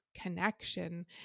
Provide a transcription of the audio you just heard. connection